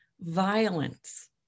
violence